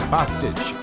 Hostage